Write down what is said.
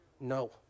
No